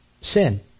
sin